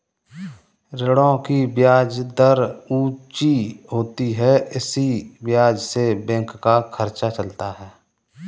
ऋणों की ब्याज दर ऊंची होती है इसी ब्याज से बैंक का खर्चा चलता है